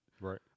right